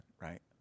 right